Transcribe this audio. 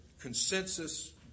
consensus